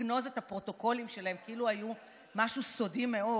לגנוז את הפרוטוקולים שלהם כאילו היו משהו סודי מאוד,